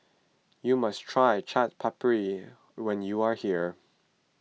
you must try Chaat Papri when you are here